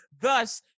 thus